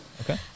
okay